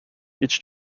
each